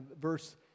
verse